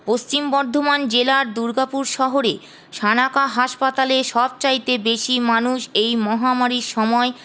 পশ্চিম বর্ধমান জেলার দুর্গাপুর শহরে শানাকা হাসপাতালে সবচাইতে বেশি মানুষ এই মহামারীর সময়